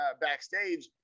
backstage